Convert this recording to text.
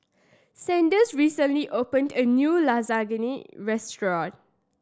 Sanders recently opened a new Lasagne Restaurant